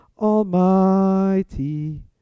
Almighty